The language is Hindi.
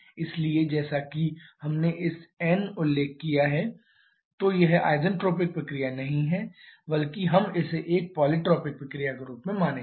इसलिए जैसा कि हमने इस n उल्लेख किया है तो यह आईसेन्ट्रॉपिक प्रक्रिया नहीं है बल्कि हम इसे एक पॉलीट्रॉपिक प्रक्रिया के रूप में मानेंगे